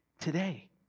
today